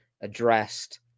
addressed